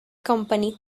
company